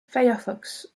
firefox